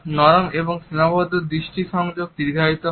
নরম এবং সীমাবদ্ধ দৃষ্টি সংযোগ দীর্ঘায়িত হয়